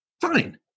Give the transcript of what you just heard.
fine